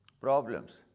problems